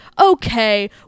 okay